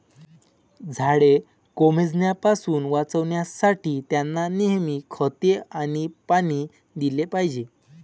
झाडे कोमेजण्यापासून वाचवण्यासाठी, त्यांना नेहमी खते आणि पाणी दिले पाहिजे